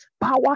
Power